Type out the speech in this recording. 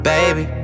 Baby